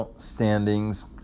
standings